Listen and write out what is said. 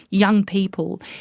young people,